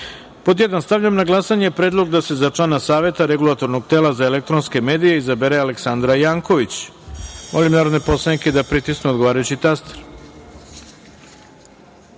1. – Stavljam na glasanje Predlog da se za člana Saveta Regulatornog tela za elektronske medije izabere Aleksandra Janković. Molim narodne poslanike da pritisnu odgovarajući